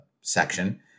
section